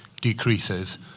decreases